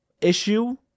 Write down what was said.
issue